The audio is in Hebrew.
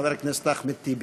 חבר הכנסת אחמד טיבי.